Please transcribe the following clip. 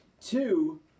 two